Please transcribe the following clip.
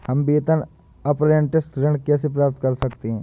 हम वेतन अपरेंटिस ऋण कैसे प्राप्त कर सकते हैं?